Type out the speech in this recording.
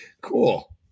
cool